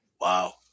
Wow